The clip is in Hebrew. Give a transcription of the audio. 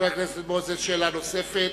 חבר הכנסת מוזס, שאלה נוספת.